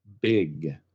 big